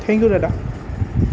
thank you দাদা